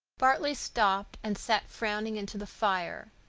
bartley stopped and sat frowning into the fire,